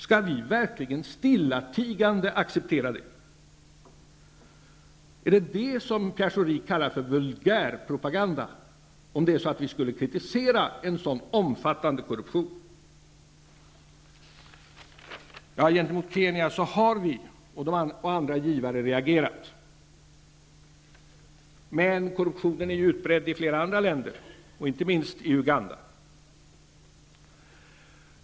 Skall vi verkligen stillatigande acceptera det? Om vi skulle kritisera en så omfattande korruption -- är det det som Pierre Schori kallar för vulgärpropaganda? Gentemot Kenya har vi och andra givare reagerat. Men korruptionen är utbredd i flera andra länder, och inte minst i Uganda.